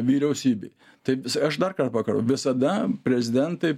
vyriausybei tai aš dar kar pakar visada prezidentai